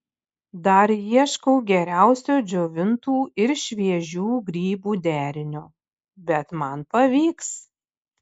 dar ieškau geriausio džiovintų ir šviežių grybų derinio bet man pavyks